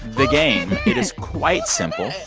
the game it is quite simple.